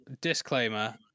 disclaimer